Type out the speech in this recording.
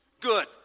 Good